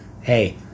hey